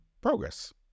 progress